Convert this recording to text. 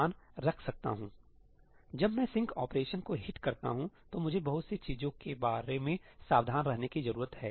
यदि मैं जब मैं सिंक ऑपरेशन को हिट करता हूं तो मुझे बहुत सी चीजों के बारे में सावधान रहने की जरूरत है